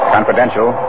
Confidential